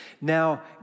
Now